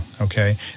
okay